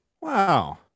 Wow